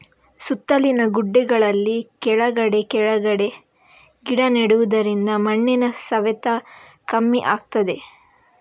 ಸುತ್ತಲಿನ ಗುಡ್ಡೆಗಳಲ್ಲಿ ಕೆಳಗೆ ಕೆಳಗೆ ಗಿಡ ನೆಡುದರಿಂದ ಮಣ್ಣಿನ ಸವೆತ ಕಮ್ಮಿ ಆಗ್ತದೆ